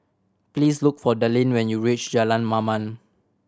please look for Dallin when you reach Jalan Mamam